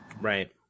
Right